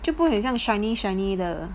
就不会很像 shiny shiny 的